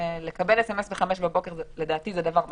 לקבל סמ"ס ב-05:00 לדעתי זה דבר מטריד.